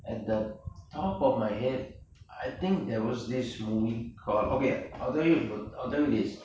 at the top of my head I think there was this movie called okay I'll tell you I'll tell you this